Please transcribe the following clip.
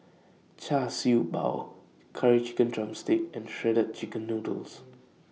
Char Siew Bao Curry Chicken Drumstick and Shredded Chicken Noodles